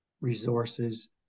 resources